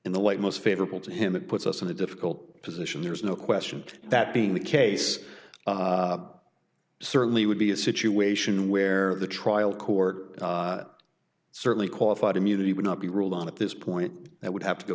in the light most favorable to him it puts us in a difficult position there's no question that being the case certainly would be a situation where the trial court certainly qualified immunity would not be ruled on at this point it would have to go